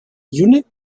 unit